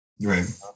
Right